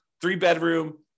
three-bedroom